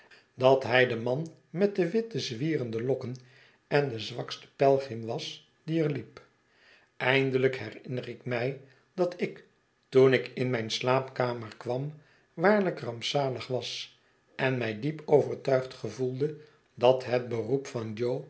dat hij de man met de witte zwierende lokken en de zwakste pelgrim was die er liep eindelijk herinner ik mij dat ik toen ik in mijn slaapkamer kwam waarlijk rampzalig was en mij diep overtuigd gevoelde dat het beroep van